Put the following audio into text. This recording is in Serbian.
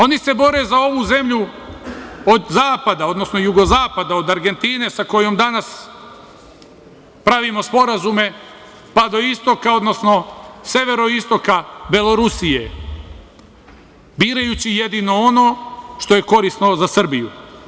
Oni se bore za ovu zemlju od zapada, odnosno jugozapada, od Argentine sa kojom danas pravimo sporazume, pa do istoka, odnosno severoistoka Belorusije, birajući jedino ono što je korisno za Srbiju.